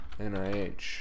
NIH